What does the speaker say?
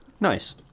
Nice